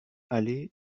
aller